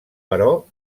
però